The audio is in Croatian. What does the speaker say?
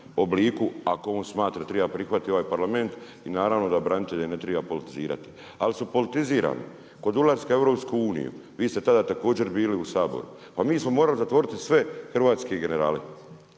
obliku, ako on smatra da treba prihvatiti ovaj Parlament i naravno da branitelje ne treba politizirati. Ali su politizirani kod ulaska u EU. Vi ste tada također bili u Saboru. Pa mi smo morali zatvoriti sve hrvatske generale,